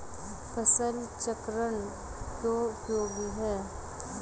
फसल चक्रण क्यों उपयोगी है?